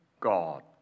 God